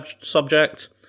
subject